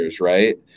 right